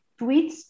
Tweets